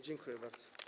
Dziękuję bardzo.